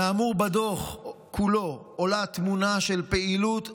מהאמור בדוח כולו עולה תמונה של פעילות רבת-שנים,